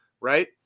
right